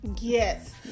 Yes